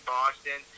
Boston